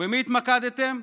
ובמי התמקדתם?